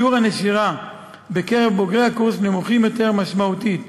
שיעור הנשירה בקרב בוגרי הקורס נמוכים יותר משמעותית,